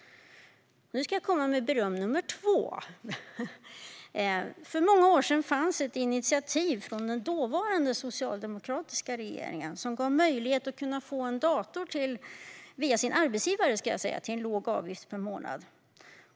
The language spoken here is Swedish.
Nu ska jag komma med ytterligare beröm. För många år sedan togs ett initiativ från den dåvarande socialdemokratiska regeringen som gav människor möjlighet att få en dator via sin arbetsgivare till en låg avgift per månad.